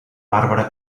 bàrbara